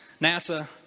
NASA